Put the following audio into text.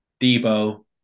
Debo